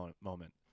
moment